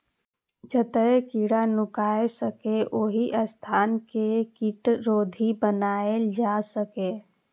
जतय कीड़ा नुकाय सकैए, ओहि स्थान कें कीटरोधी बनाएल जा सकैए